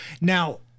now